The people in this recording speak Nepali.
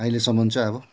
अहिलेसम्म चाहिँ अब